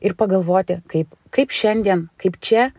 ir pagalvoti kaip kaip šiandien kaip čia